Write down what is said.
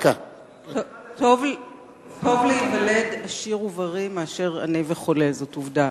טוב להיוולד עשיר ובריא מאשר עני וחולה, זו עובדה.